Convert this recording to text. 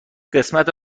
قسمت